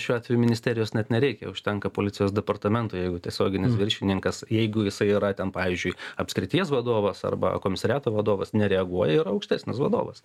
šiuo atveju ministerijos net nereikia užtenka policijos departamento jeigu tiesioginis viršininkas jeigu jisai yra ten pavyzdžiui apskrities vadovas arba komisariato vadovas nereaguoja yra aukštesnis vadovas